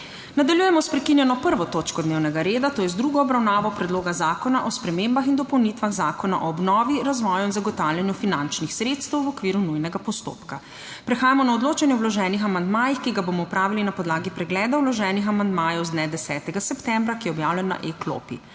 Nadaljujemo s prekinjeno 1. točko dnevnega reda - druga obravnava Predloga zakona o spremembah in dopolnitvah Zakona o obnovi, razvoju in zagotavljanju finančnih sredstev, v okviru nujnega postopka. Prehajamo na odločanje o vloženih amandmajih, ki ga bomo opravili na podlagi pregleda vloženih amandmajev z dne 10. septembra, ki je objavljen na e-klopi.